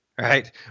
Right